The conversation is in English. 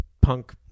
punk